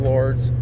Lords